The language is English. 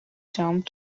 jump